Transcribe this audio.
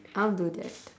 I'll do that